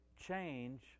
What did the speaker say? change